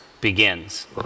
begins